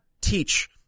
teach